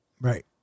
Right